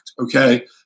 okay